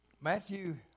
Matthew